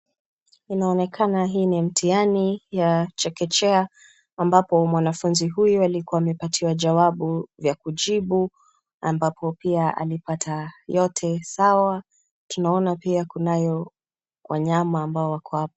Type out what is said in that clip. Inaonekana hii ni mtihani ya chekechea ambapo wanafunzi huyu alikuwa amepewa jawabu la kujibu ambapo pia alipata yote sawa, tunaona pia kunayo wanyama ambao wako hapo.